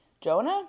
Jonah